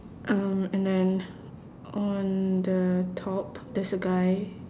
um and then on the top there's a guy